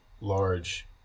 large